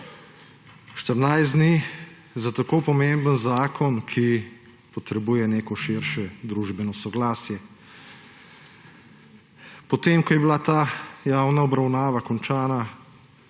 14 dni za tako pomemben zakon, ki potrebuje neko širše družbeno soglasje. Potem ko je bila ta javna obravnava končana,